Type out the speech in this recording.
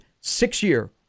six-year